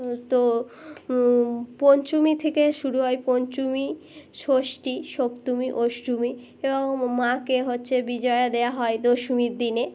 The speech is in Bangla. তো পঞ্চমী থেকে শুরু হয় পঞ্চমী ষষ্ঠী সপ্তমী অষ্টমী এবং মাকে হচ্ছে বিজয়া দেওয়া হয় দশমীর দিনে